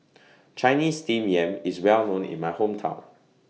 Chinese Steamed Yam IS Well known in My Hometown